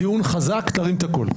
טיעון חזק, תרים את הקול.